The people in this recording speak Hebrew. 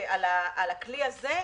הכלי הזה,